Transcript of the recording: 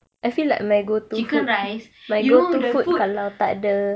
chicken rice you know the food